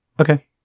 Okay